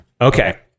Okay